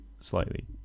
slightly